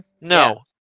No